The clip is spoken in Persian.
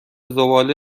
زباله